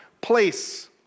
place